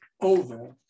over